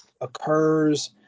occurs